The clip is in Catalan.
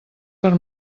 per